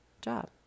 job